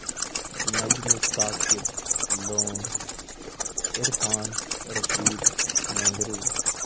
Najmu Saqib Lone Irfan Rashid Nengroo